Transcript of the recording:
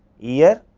year,